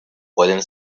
pueden